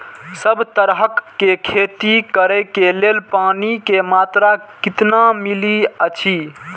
सब तरहक के खेती करे के लेल पानी के मात्रा कितना मिली अछि?